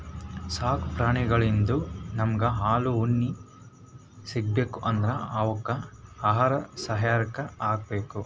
ಸಾಕು ಪ್ರಾಣಿಳಿಂದ್ ನಮ್ಗ್ ಹಾಲ್ ಉಣ್ಣಿ ಸಿಗ್ಬೇಕ್ ಅಂದ್ರ ಅವಕ್ಕ್ ಆಹಾರ ಸರ್ಯಾಗ್ ಹಾಕ್ಬೇಕ್